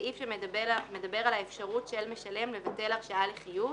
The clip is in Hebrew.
סעיף שמדבר על האפשרות של משלם לבטל הרשאה לחיוב